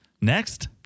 Next